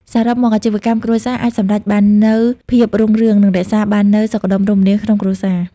សរុបមក អាជីវកម្មគ្រួសារអាចសម្រេចបាននូវភាពរុងរឿង និងរក្សាបាននូវសុខដុមរមនាក្នុងគ្រួសារ។